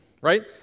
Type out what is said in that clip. right